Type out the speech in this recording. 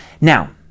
Now